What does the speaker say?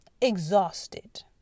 Exhausted